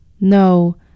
No